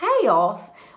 payoff